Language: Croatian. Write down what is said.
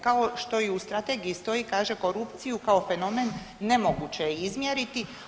Kao što i u Strategiji stoji, kaže korupciju kao fenomen nemoguće je izmjeriti.